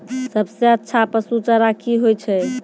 सबसे अच्छा पसु चारा की होय छै?